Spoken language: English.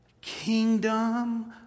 kingdom